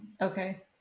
Okay